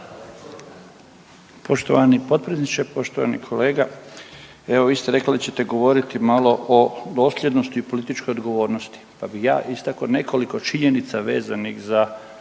Poštovani potpredsjedniče. Poštovani kolega, evo vi ste rekli da ćete govoriti malo o dosljednosti i o političkoj odgovornosti, pa bi ja istakao nekoliko činjenica vezanih za